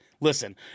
listen